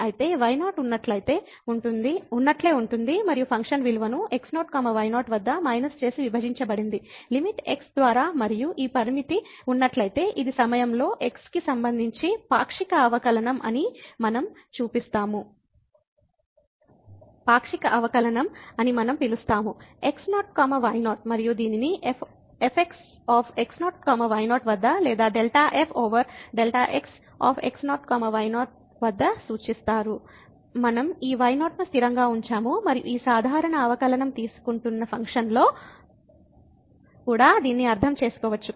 అయితే y0 ఉన్నట్లే ఉంటుంది మరియు ఫంక్షన్ విలువను x0 y0 వద్ద మైనస్ చేసి విభజించబడింది లిమిట్ x ద్వారా మరియు ఈ పరిమితి ఉన్నట్లయితే ఇది ఈ సమయంలో x కి సంబంధించి పాక్షిక అవకలనంఅని మనం పిలుస్తాము x0 y0 మరియు దీనిని fx x0 y0 వద్ద లేదా delta f over Δ x x0 y0 వద్ద సూచిస్తారు మనం ఈ y0 ను స్థిరంగా ఉంచాము మరియు ఈ సాధారణ అవకలనంతీసుకుంటున్న ఫంక్షన్లో కూడా దీన్ని అర్థం చేసుకోవచ్చు